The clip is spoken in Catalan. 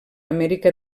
amèrica